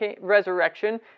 resurrection